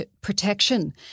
protection